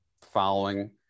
following